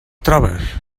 trobes